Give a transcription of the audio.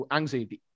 Anxiety